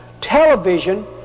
television